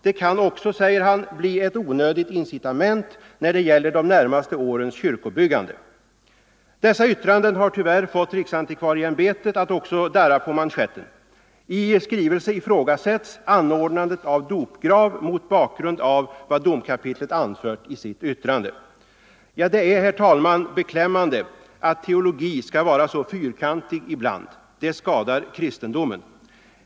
”Det kan också”, säger han, ”bli ett onödigt incitament när det gäller de närmaste årens kyrkobyggande.” Dessa yttranden har tyvärr fått riksantikvarieämbetet att också darra på manschetten. I en skrivelse ifrågasätts ”anordnandet av dopgrav mot bakgrund av vad domkapitlet anfört i sitt yttrande”. 23 Det är, herr talman, beklämmande att teologi skall vara så fyrkantig ibland. Det skadar kristendomen.